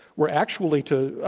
were actually to,